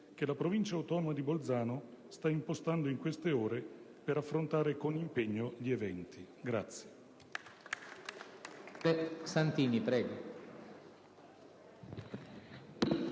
che la Provincia autonoma di Bolzano sta impostando in queste ore per affrontare con impegno gli eventi.